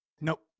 Nope